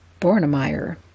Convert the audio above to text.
Bornemeyer